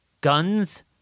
Guns